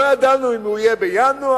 לא ידענו אם הוא יהיה בינואר,